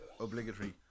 Obligatory